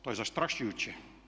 To je zastrašujuće.